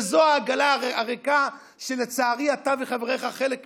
וזו העגלה הריקה שלצערי אתה וחבריך חלק ממנה.